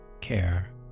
care